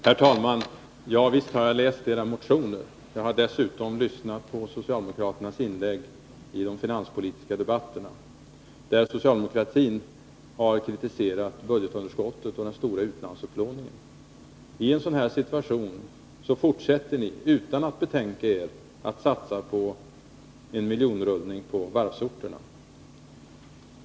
Herr talman! Visst har jag läst socialdemokraternas motion. Jag har dessutom lyssnat på socialdemokraternas inlägg i de finanspolitiska debatterna, där de har kritiserat budgetunderskottet och den stora utlandsupplåningen. Men i en sådan situation fortsätter socialdemokraterna utan att betänka sig att satsa på en miljonrullning på varvsorterna.